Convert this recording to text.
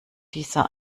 dieser